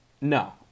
No